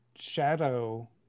shadow